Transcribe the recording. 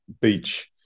beach